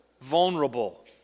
vulnerable